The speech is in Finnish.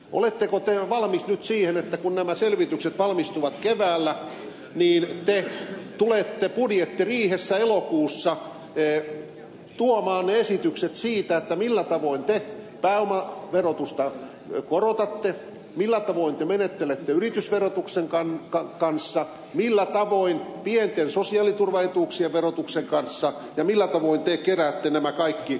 oletteko te valmis nyt siihen kun nämä selvitykset valmistuvat keväällä että te tulette budjettiriihessä elokuussa tuomaan ne esitykset siitä millä tavoin te pääomaverotusta korotatte millä tavoin te menettelette yritysverotuksen kanssa millä tavoin pienten sosiaaliturvaetuuksien verotuksen kanssa ja millä tavoin te keräätte nämä kaikki yhteen